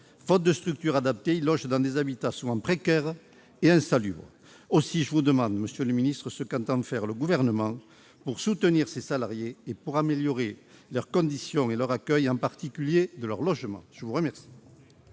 Faute de structures adaptées, ils logent dans des habitats souvent précaires et insalubres. Aussi, je vous demande, monsieur le ministre, ce qu'entend faire le Gouvernement pour soutenir ces salariés et améliorer leur accueil et leurs conditions de vie, en particulier leur logement. La parole